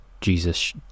Jesus